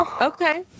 Okay